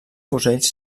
fusells